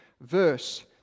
verse